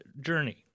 journey